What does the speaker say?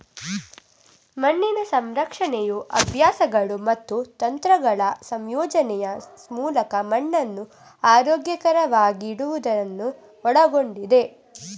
ಮಣ್ಣಿನ ಸಂರಕ್ಷಣೆಯು ಅಭ್ಯಾಸಗಳು ಮತ್ತು ತಂತ್ರಗಳ ಸಂಯೋಜನೆಯ ಮೂಲಕ ಮಣ್ಣನ್ನು ಆರೋಗ್ಯಕರವಾಗಿಡುವುದನ್ನು ಒಳಗೊಂಡಿದೆ